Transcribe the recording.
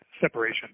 separation